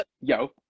yo